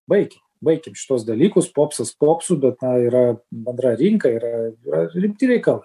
baikim baikim šituos dalykus popsas popsu bet na yra bendra rinka yra yra rimti reikalai